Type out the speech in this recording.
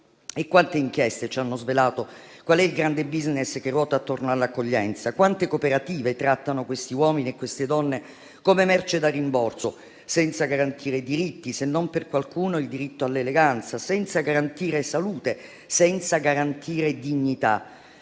quante inchieste ci hanno svelato qual è il grande *business* che ruota attorno all'accoglienza, quante cooperative trattano questi uomini e queste donne come merce da rimborso, senza garantire i diritti - se non per qualcuno il diritto all'eleganza - senza garantire salute, senza garantire dignità.